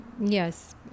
yes